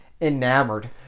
enamored